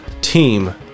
team